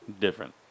different